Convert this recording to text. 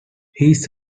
his